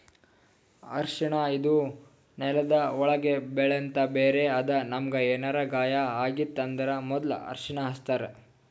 ಅರ್ಷಿಣ ಇದು ನೆಲ್ದ ಒಳ್ಗ್ ಬೆಳೆಂಥ ಬೇರ್ ಅದಾ ನಮ್ಗ್ ಏನರೆ ಗಾಯ ಆಗಿತ್ತ್ ಅಂದ್ರ ಮೊದ್ಲ ಅರ್ಷಿಣ ಹಚ್ತಾರ್